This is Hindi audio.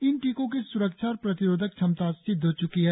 इन टीकों की स्रक्षा और प्रतिरोधक क्षमता सिद्ध हो च्की है